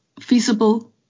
feasible